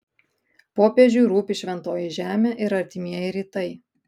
popiežiui rūpi šventoji žemė ir artimieji rytai